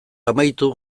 amaitu